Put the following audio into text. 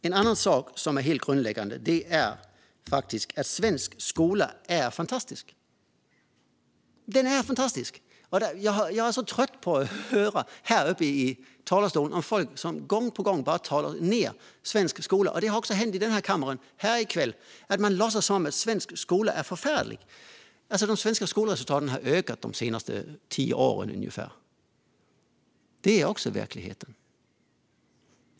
En annan sak som är helt grundläggande är att svensk skola är fantastisk. Jag är väldigt trött på att höra folk här i talarstolen som gång på gång svartmålar svensk skola. Det har hänt också i kväll i denna kammare. Man låtsas som att svensk skola är förfärlig. De svenska skolresultaten har ökat de senaste tio åren, ungefär. Det är också verkligheten.